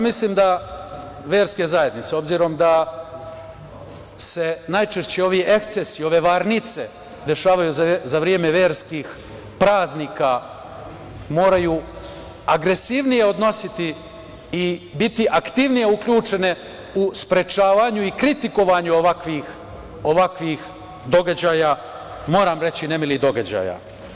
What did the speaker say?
Mislim da verske zajednice, obzirom da se najčešće ovi ekscesi, ove varnice dešavaju za vreme verskih praznika moraju agresivnije odnositi i biti aktivnije uključene u sprečavanju i kritikovanju ovakvih događaja, moram reći, nemilih događaja.